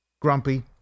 Grumpy